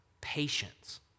patience